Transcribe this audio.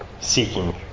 seeking